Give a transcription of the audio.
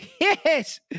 Yes